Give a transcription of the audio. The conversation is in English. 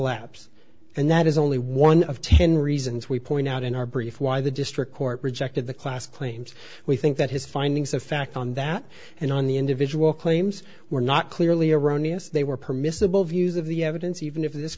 lapse and that is only one of ten reasons we point out in our brief why the district court rejected the class claims we think that his findings of fact on that and on the individual claims were not clearly erroneous they were permissible views of the evidence even if this